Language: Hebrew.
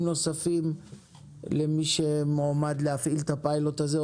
נוספים למי שמועמד להפעיל את הפיילוט הזה,